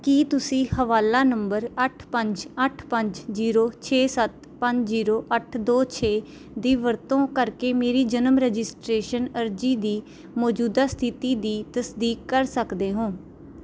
ਕੀ ਤੁਸੀਂ ਹਵਾਲਾ ਨੰਬਰ ਅੱਠ ਪੰਜ ਅੱਠ ਪੰਜ ਜੀਰੋ ਛੇ ਸੱਤ ਪੰਜ ਜੀਰੋ ਅੱਠ ਦੋ ਛੇ ਦੀ ਵਰਤੋਂ ਕਰਕੇ ਮੇਰੀ ਜਨਮ ਰਜਿਸਟ੍ਰੇਸ਼ਨ ਅਰਜ਼ੀ ਦੀ ਮੌਜੂਦਾ ਸਥਿਤੀ ਦੀ ਤਸਦੀਕ ਕਰ ਸਕਦੇ ਹੋ